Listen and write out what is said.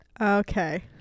Okay